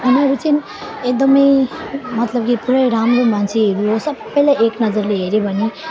उनीहरू चाहिँ एकदमै मतलब कि पुरै राम्रो मान्छेहरू हो सबैलाई एक नजरले हेरे भने